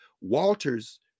Walters